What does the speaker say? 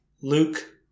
Luke